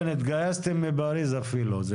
כן, התגייסתם מפריס אפילו.